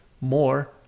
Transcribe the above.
more